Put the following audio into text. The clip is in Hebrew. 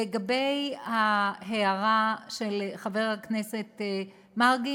לגבי ההערה של חבר הכנסת מרגי,